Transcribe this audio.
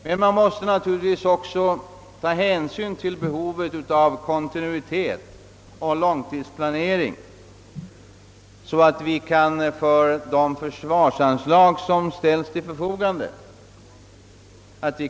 Men vi måste också ta hänsyn till behovet av kontinuitet och långtidsplanering, så att vi får största möjliga effekt av de försvarsanslag som ställes till förfogande.